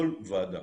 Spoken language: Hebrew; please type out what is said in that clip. כל ועדה,